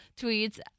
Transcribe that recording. tweets